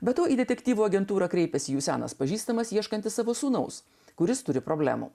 be to į detektyvų agentūrą kreipėsi jų senas pažįstamas ieškantis savo sūnaus kuris turi problemų